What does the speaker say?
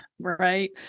Right